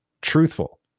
truthful